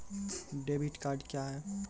Debit card क्या हैं?